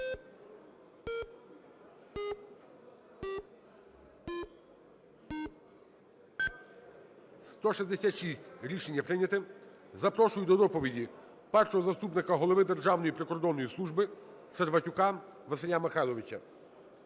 За-166 Рішення прийняте. Запрошую до доповіді першого заступника голови Державної прикордонної служби Серватюка Василя Миколайовича.